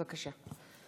בבקשה.